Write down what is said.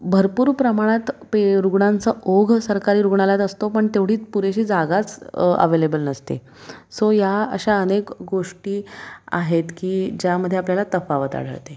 भरपूर प्रमाणात पे रुग्णांचा ओघ सरकारी रुग्णालयात असतो पण तेवढी पुरेशी जागाच अवेलेबल नसते सो या अशा अनेक गोष्टी आहेत की ज्यामध्ये आपल्याला तफावत आढळते